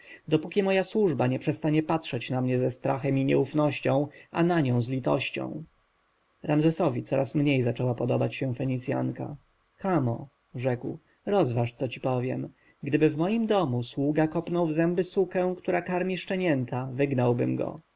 dopóki moja służba nie przestanie patrzeć na mnie ze strachem i nieufnością a na nią z litością ramzesowi coraz mniej zaczęła podobać się fenicjanka kamo rzekł rozważ co ci powiem gdyby w moim domu sługa kopnął w zęby sukę która karmi szczenięta wygnałbym go